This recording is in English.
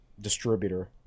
distributor